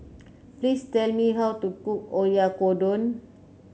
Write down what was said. please tell me how to cook Oyakodon